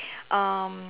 um